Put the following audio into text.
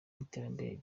w’iterambere